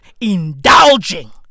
indulging